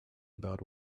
about